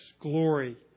glory